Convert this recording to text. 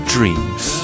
Dreams